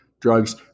drugs